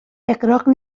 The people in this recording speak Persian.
اغراق